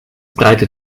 breite